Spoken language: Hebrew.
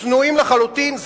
צנועים לחלוטין,